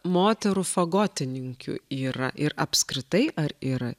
moterų fagotininkų yra ir apskritai ar yra